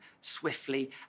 swiftly